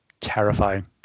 terrifying